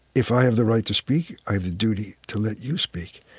if i have the right to speak, i have the duty to let you speak